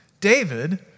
David